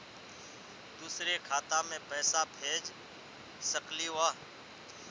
दुसरे खाता मैं पैसा भेज सकलीवह?